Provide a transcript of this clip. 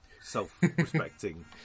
self-respecting